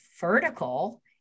vertical